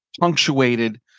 punctuated